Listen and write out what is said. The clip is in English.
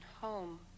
home